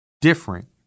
different